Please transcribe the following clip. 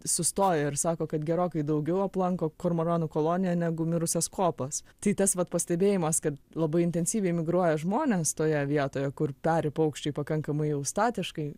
sustoja ir sako kad gerokai daugiau aplanko kormoranų koloniją negu mirusias kopas tai tas vat pastebėjimas kad labai intensyviai migruoja žmonės toje vietoje kur peri paukščiai pakankamai jau statiškai